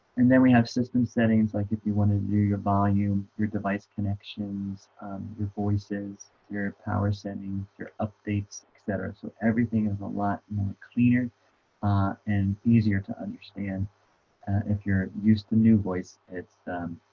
and then we have system settings like if you want to do your volume your device connections your voices your power settings your updates, etc so everything is a lot cleaner and easier to understand if you're used to new voice, it's